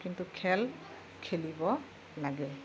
কিন্তু খেল খেলিব লাগে